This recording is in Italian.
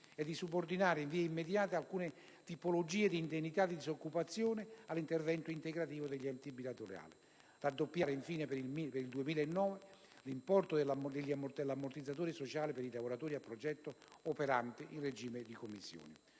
a subordinare in via immediata alcune tipologie di indennità di disoccupazione all'intervento integrativo degli enti bilaterali; a raddoppiare, infine, per il 2009, l'importo dell'ammortizzatore sociale per i lavoratori a progetto operanti in regime di monocomittenza.